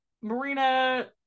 Marina